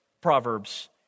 Proverbs